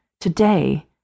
today